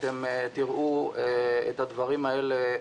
אתם תראו את הדברים האלה,